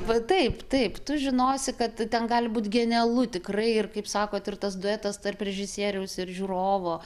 va taip taip tu žinosi kad ten gali būt genialu tikrai ir kaip sakot ir tas duetas tarp režisieriaus ir žiūrovo